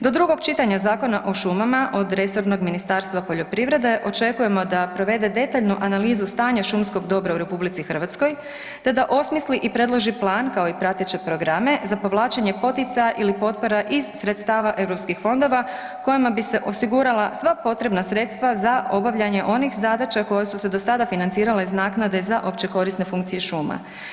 Do drugog čitanja Zakona o šumama od resornog Ministarstva poljoprivrede očekujemo da provede detaljnu analizu stanja šumskog dobra u Republici Hrvatskoj te da osmisli i predloži plan kao i prateće programe za povlačenje poticaja ili potpora iz sredstava europskih fondova kojima bi se osigurala sva potrebna sredstva za obavljanje onih zadaća koje su se do sada financirale iz naknade za općekorisne funkcije šuma.